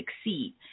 succeed